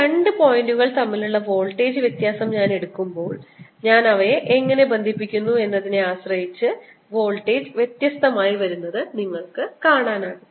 ഈ രണ്ട് പോയിന്റുകൾ തമ്മിലുള്ള വോൾട്ടേജ് വ്യത്യാസം ഞാൻ എടുക്കുമ്പോൾ ഞാൻ അവയെ എങ്ങനെ ബന്ധിപ്പിക്കുന്നു എന്നതിനെ ആശ്രയിച്ച് വോൾട്ടേജ് വ്യത്യസ്തമായി വരുന്നതായി നിങ്ങൾക്ക് കാണാനാകും